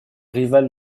rival